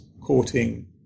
courting